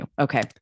Okay